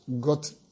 got